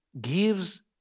gives